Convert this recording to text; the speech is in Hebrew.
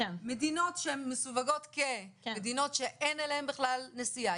מדינות שהן מסווגות כמדינות שאין אליהן בכלל נסיעה,